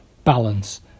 balance